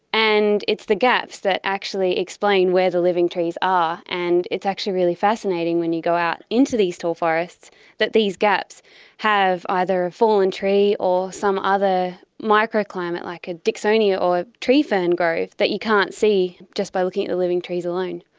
and it's the gaps that actually explain where the living trees are, and it's actually really fascinating when you go out into these tall forests that these gaps have either a fallen tree or some other microclimate like a dicksonia or tree fern grove that you can't see just by looking at the living trees alone.